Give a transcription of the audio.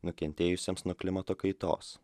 nukentėjusiems nuo klimato kaitos